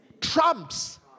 trumps